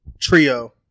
trio